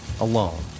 alone